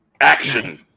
Action